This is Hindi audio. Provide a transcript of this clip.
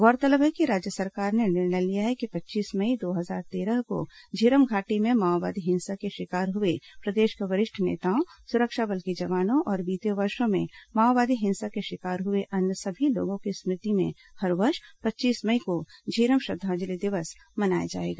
गौरतलब है कि राज्य सरकार ने निर्णय लिया है कि पच्चीस मई दो हजार तेरह को झीरम घाटी में माओवादी हिंसा के शिकार हुए प्रदेश के वरिष्ठ नेताओं सुरक्षा बल के जवानों और बीते वर्षो में माओवादी हिंसा के शिकार हुए अन्य सभी लोगों की स्मृति में हर वर्ष पच्चीस मई को झीरम श्रद्वांजलि दिवस मनाया जाएगा